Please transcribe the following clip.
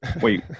Wait